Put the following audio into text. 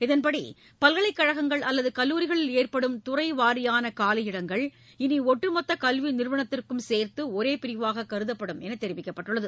இதன்படி பல்கலைக் கழகங்கள் அல்லது கல்லூரிகளில் ஏற்படும் துறை வாரியான காலியிடங்கள் இனி ஒட்டுமொத்த கல்வி நிறுவனத்திற்கும் சேர்து ஒரே பிரிவாக கருதப்படும் என தெரிவிக்கப்பட்டுள்ளது